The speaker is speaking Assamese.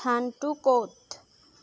স্থানটো ক'ত